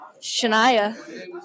Shania